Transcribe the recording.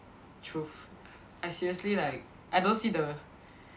truth I seriously like I don't see the